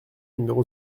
numéro